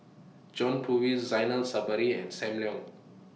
John Purvis Zainal Sapari and SAM Leong